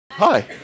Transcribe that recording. Hi